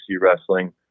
Wrestling